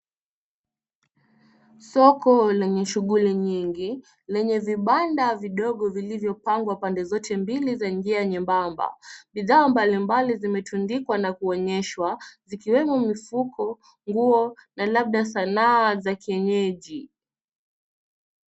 Soko lenye shughuli nyingi, lenye vibanda vidogo vilivyopangwa pande zote mbili za njia nyembamba. Bidhaa mbalimbali zimetundikwa na kuonyeshwa, zikiwemo mifuko, nguo na labda sanaa za kienyeji.